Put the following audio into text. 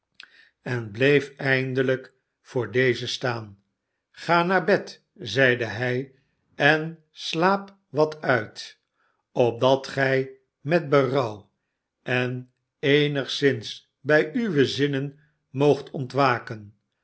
en bleef eindelijk voor dezen staan sga naar bed zeide hij sen slaap wat uit opdat gij met berouw en eenigszins bij uwe zinnen moogt ontwaken